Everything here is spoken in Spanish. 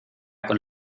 con